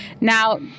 Now